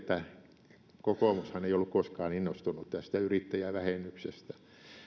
että kokoomushan ei ollut koskaan innostunut tästä yrittäjävähennyksestä